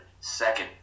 Second